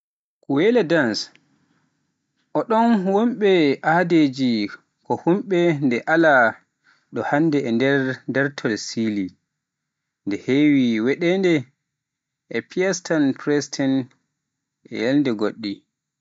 Cueca Dance. Ooɗoo womre aadaaji ko huunde nde alaa ɗo haaɗi e nder daartol Siili, nde heewi waɗeede ko e Fiestas Patrias e ñalɗi goɗɗi.